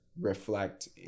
reflect